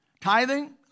Tithing